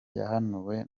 yahanuwe